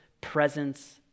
presence